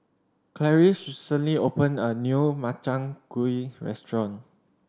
Clarice recently open a new Makchang Gui restaurant